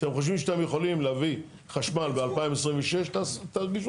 אתם חושבים שאתם יכולים להביא חשמל ב-2026 תגישו